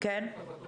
אתן